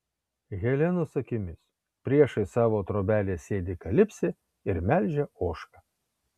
helenos akimis priešais savo trobelę sėdi kalipsė ir melžia ožką